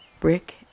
brick